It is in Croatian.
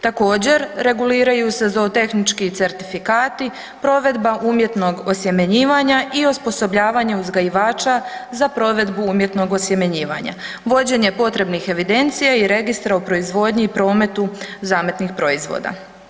Također reguliraju se zotehnički certifikati, provedba umjetnog osjemenjivanja i osposobljavanja uzgajivača za provedbu umjetnog osjemenjivanja, vođenje potrebnih evidencija i registra u proizvodnji i prometu zametnih proizvoda.